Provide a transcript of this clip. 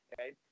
Okay